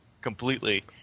completely